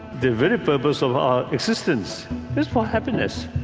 the very purpose of our existence is for happiness